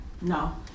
No